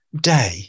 day